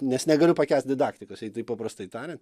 nes negaliu pakęst didaktikos jei taip paprastai tariant